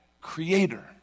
creator